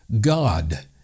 God